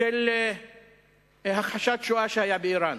של הכחשת השואה שהיה באירן.